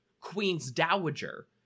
queens-dowager